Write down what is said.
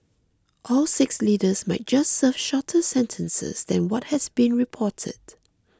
all six leaders might just serve shorter sentences than what has been reported